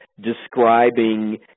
describing